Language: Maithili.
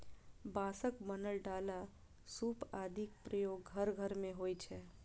बांसक बनल डाला, सूप आदिक प्रयोग घर घर मे होइ छै